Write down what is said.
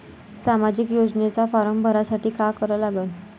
सामाजिक योजनेचा फारम भरासाठी का करा लागन?